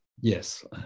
Yes